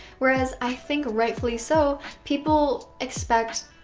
whereas i think rightfully so people expect